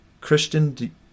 Christian